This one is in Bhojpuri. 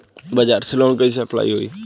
बज़ाज़ से लोन कइसे अप्लाई होई?